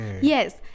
Yes